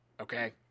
Okay